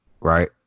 right